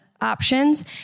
options